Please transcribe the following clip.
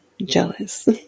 jealous